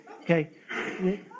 Okay